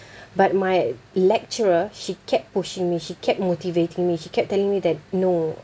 but my lecturer she kept pushing me she kept motivating me she kept telling me that no